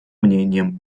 мнением